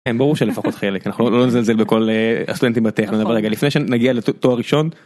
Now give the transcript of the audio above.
ברור שלפחות חלק, אנחנו לא נזלזל בכל הסטודנטים בטכניון, אבל רגע, לפני שנגיע לתואר ראשון.